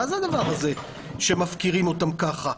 מה זה הדבר הזה שמפקירים אותם ככה?